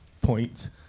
point